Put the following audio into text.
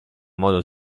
modo